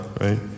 right